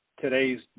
today's